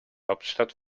hauptstadt